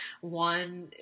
one